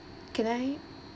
can I